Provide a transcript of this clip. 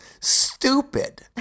stupid